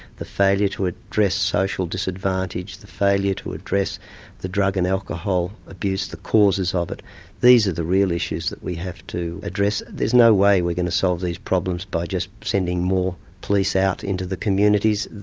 the failure to address social disadvantage, the failure to address the drug and alcohol abuse, the causes ah of it these are the real issues that we have to address. there's no way we're going to solve these problems by just sending more police out into the communities.